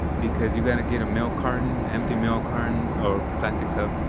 because you've gotta get a milk carton, empty milk carton, or plastic cup,